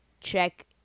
check